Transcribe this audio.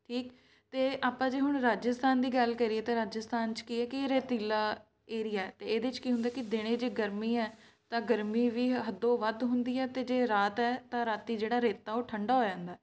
ਠੀਕ ਅਤੇ ਆਪਾਂ ਜੇ ਹੁਣ ਰਾਜਸਥਾਨ ਦੀ ਗੱਲ ਕਰੀਏ ਤਾਂ ਰਾਜਸਥਾਨ 'ਚ ਕੀ ਹੈ ਕਿ ਰੇਤਲਾ ਏਰੀਆ ਅਤੇ ਇਹਦੇ 'ਚ ਕੀ ਹੁੰਦਾ ਕਿ ਦਿਨੇ ਜੇ ਗਰਮੀ ਹੈ ਤਾਂ ਗਰਮੀ ਵੀ ਹੱਦੋਂ ਵੱਧ ਹੁੰਦੀ ਹੇ ਅਤੇ ਜੇ ਰਾਤ ਹੈ ਤਾਂ ਰਾਤੀ ਜਿਹੜਾ ਰੇਤਾ ਉਹ ਠੰਡਾ ਹੋ ਜਾਂਦਾ